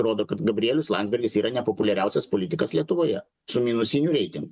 rodo kad gabrielius landsbergis yra nepopuliariausias politikas lietuvoje su minusiniu reitingu